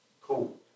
Cool